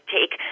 take